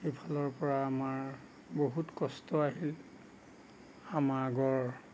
এইফালৰপৰা আমাৰ বহুত কষ্ট আহিল আমাৰ আগৰ